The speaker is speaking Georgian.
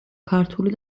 ქართული